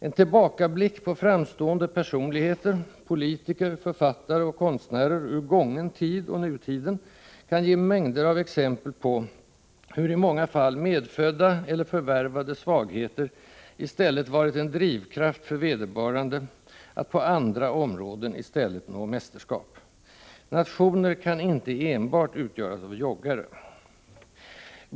En tillbakablick på framstående personligheter: politiker, författare och konstnärer ur gången tid och nutiden kan ge mängder av exempel på hur i många fall medfödda eller förvärvade svagheter i stället varit en drivkraft för vederbörande att på andra områden i stället nå mästerskap. Nationer kan inte enbart utgöras av joggare.